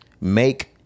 make